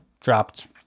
dropped